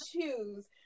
choose